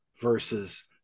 versus